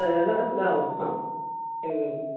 तदा दां किं